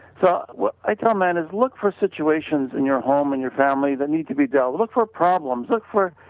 so, what i told men is look for situations in your home and your family that need to be dealt. look for problems, look for,